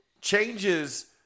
changes